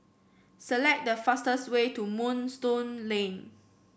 select the fastest way to Moonstone Lane